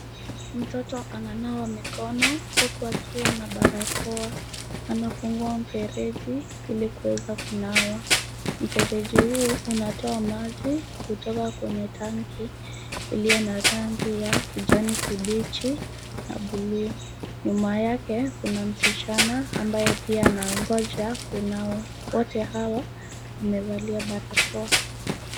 Mtoto ananawa mikono huku akiwa na barakoa. Anafungua mfereji ili kuweza kunawa. Mfereji huo unatoa maji kutoka kwenye tanki iliyo na rangi ya kijani kibichi na bluu. Nyuma yake kuna msichana ambaye pia anangoja kunawa. Wote hawa wamevalia barakoa.